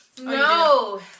No